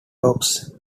lobes